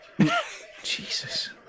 Jesus